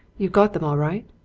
you've got em all right?